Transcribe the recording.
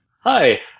Hi